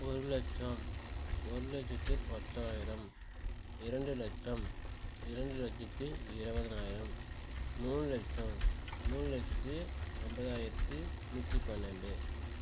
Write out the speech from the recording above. ஒரு லட்சம் ஒரு லட்சத்தி பத்தாயிரம் இரண்டு லட்சம் இரண்டு லட்சத்தி இருபதனாயிரம் மூணு லட்சம் மூணு லட்சத்தி ஐம்பதாயிரத்தி நூற்று பன்னெண்டு